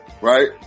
right